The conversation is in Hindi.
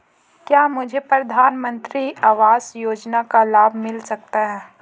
क्या मुझे प्रधानमंत्री आवास योजना का लाभ मिल सकता है?